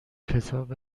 کتاب